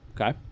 Okay